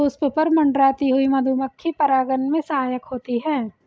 पुष्प पर मंडराती हुई मधुमक्खी परागन में सहायक होती है